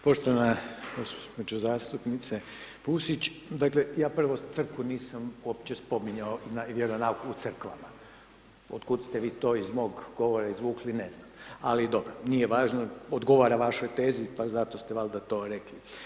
Poštovana gđo. zastupnice Pusić, dakle ja prvo Crkvu nisam uopće spominjao i vjeronauk u crkvama, otkud ste vi to iz mog govora izvukli, ne znam, ali dobro, nije važno, odgovara vašoj tezi pa zato valjda to rekli.